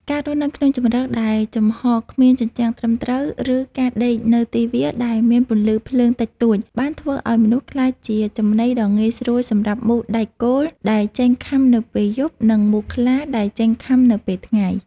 ការរស់នៅក្នុងជម្រកដែលចំហគ្មានជញ្ជាំងត្រឹមត្រូវ ឬការដេកនៅទីវាលដែលមានពន្លឺភ្លើងតិចតួច បានធ្វើឱ្យមនុស្សក្លាយជាចំណីដ៏ងាយស្រួលសម្រាប់មូសដែកគោលដែលចេញខាំនៅពេលយប់ និងមូសខ្លាដែលចេញខាំនៅពេលថ្ងៃ។